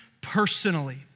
personally